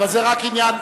אבל זה רק עניין,